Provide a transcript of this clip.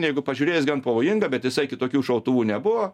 jeigu pažiūrėjus gan pavojinga bet visai kitokių šautuvų nebuvo